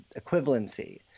equivalency